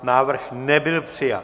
Návrh nebyl přijat.